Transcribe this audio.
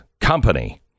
company